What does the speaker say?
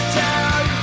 down